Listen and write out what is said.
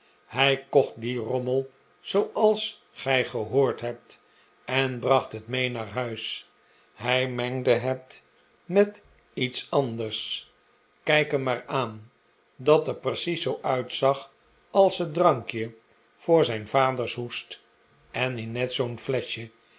hij kocht dien rommel zooals gij gehoord hebt en bracht het mee naar huis hij mengde het met iets anders kijk hem maar aan dat er precies zoo uitzag als het drankje voor zijn vaders hoest en in net zoo'n fleschje